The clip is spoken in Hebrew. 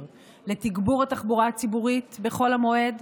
לתגבור התחבורה הציבורית בחול המועד,